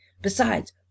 Besides